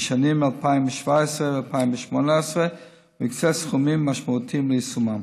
לשנים 2017 2018 והקצה סכומים משמעותיים ליישומן.